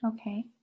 Okay